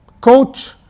coach